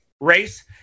race